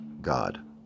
God